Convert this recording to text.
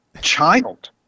child